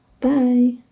Bye